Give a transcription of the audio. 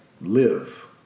live